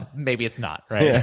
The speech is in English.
maybe it's not, right? yeah